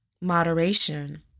Moderation